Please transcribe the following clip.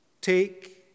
Take